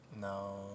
No